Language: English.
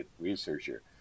researcher